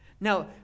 Now